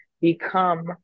become